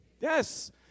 Yes